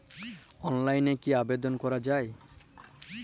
অনলাইনে কি আবেদন করা য়ায়?